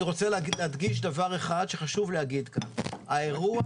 אני רוצה להדגיש דבר אחד שחשוב להגיד כאן: האירוע